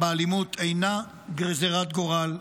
האלימות אינה גזרת גורל.